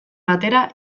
batera